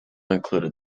included